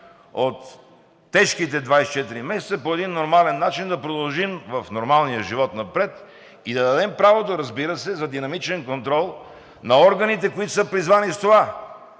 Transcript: от тежките 24 месеца по един нормален начин, да продължим в нормалния живот напред и да дадем правото, разбира се, за динамичен контрол на органите, които са призвани за това.